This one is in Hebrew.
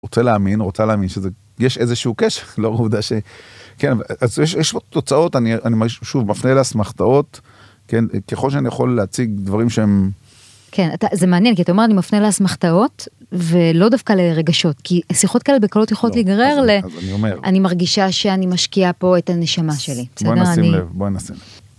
רוצה להאמין, רוצה להאמין, שזה יש איזשהו קשר לאור העובדה שכן יש יש תוצאות אני שוב מפנה לאסמכתאות כן ככל שאני יכול להציג דברים שהם. כן זה מעניין כי אתה אומר אני מפנה לאסמכתאות ולא דווקא לרגשות כי שיחות כאלה בקלות יכולות להגרר לאני מרגישה שאני משקיעה פה את הנשמה שלי. בואי נשים לב